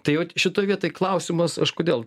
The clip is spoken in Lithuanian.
tai vat šitoj vietoj klausimas aš kodėl